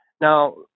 Now